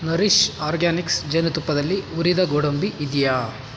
Nourish Organics ಜೇನುತುಪ್ಪದಲ್ಲಿ ಹುರಿದ ಗೋಡಂಬಿ ಇದೆಯಾ